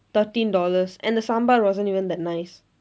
thirteen dollars and the sambar wasn't even that nice